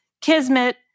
kismet